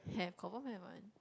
have confirm have [one]